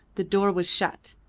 the door was shut,